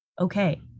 okay